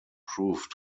proved